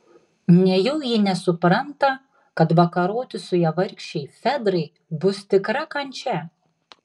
nejau ji nesupranta kad vakaroti su ja vargšei fedrai bus tikra kančia